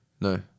No